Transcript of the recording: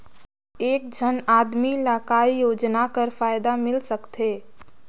एक झन आदमी ला काय योजना कर फायदा मिल सकथे?